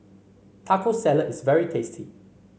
Taco Salad is very tasty